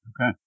Okay